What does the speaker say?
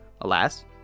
alas